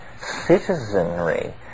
citizenry